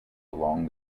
along